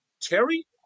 Terry